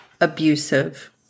abusive